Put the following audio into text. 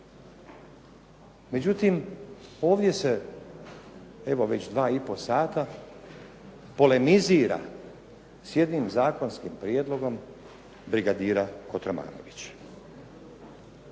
Međutim, ovdje se, evo već 2 i pol sata polemizira s jednim zakonskim prijedlogom brigadira Kotromanovića.